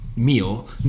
Meal